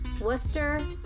Worcester